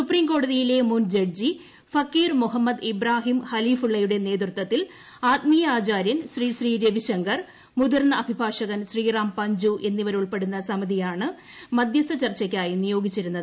സുപ്രീംകോടതിയിലെ മുൻ ജഡ്ജി ഫക്കീർ മുഹമ്മദ് ഇബ്രാഹീം ഖലീഫുള്ളയുടെ നേതൃത്വത്തിൽ ആത്മീയാചാര്യൻ ശ്രീ ശ്രീ രവിശങ്കർ മുതിർന്ന അഭിഭാഷകൻ ശ്രീറാം പഞ്ചൂ എന്നിവരൾപ്പെടുന്ന സമിതിയെയാണ് മധൃസ്ഥാ ചർച്ചയ്ക്കായി നിയോഗിച്ചിരുന്നത്